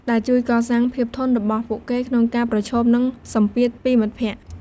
ដែលជួយកសាងភាពធន់របស់ពួកគេក្នុងការប្រឈមនឹងសម្ពាធពីមិត្តភក្តិ។